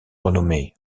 renommé